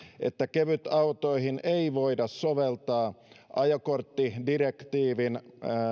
että kevytautoihin ei voida soveltaa ajokorttidirektiivin